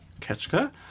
Ketchka